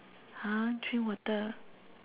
!huh! drink water